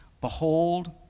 Behold